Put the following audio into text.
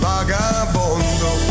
Vagabondo